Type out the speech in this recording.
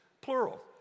plural